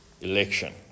election